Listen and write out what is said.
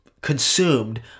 consumed